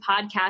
podcast